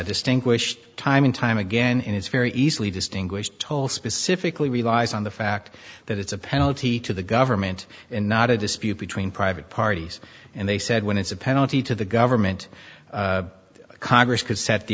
distinguished time and time again and it's very easily distinguished told specifically relies on the fact that it's a penalty to the government and not a dispute between private parties and they said when it's a penalty to the government congress could set the